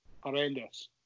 horrendous